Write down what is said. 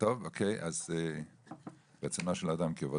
בוקר טוב לכולם, תודה רבה על ההזדמנות להיות כאן.